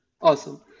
Awesome